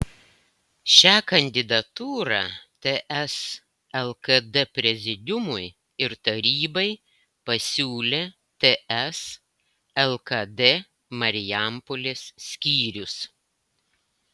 šią kandidatūrą ts lkd prezidiumui ir tarybai pasiūlė ts lkd marijampolės skyrius